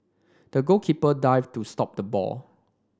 the goalkeeper dived to stop the ball